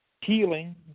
healing